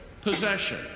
possession